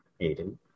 Aiden